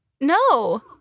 No